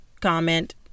comment